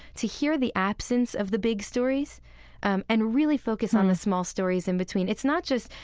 to hear the absence of the big stories um and really focus on the small stories in between. it's not just,